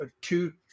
two